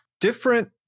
different